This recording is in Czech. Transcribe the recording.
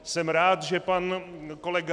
Jsem rád, že pan kolega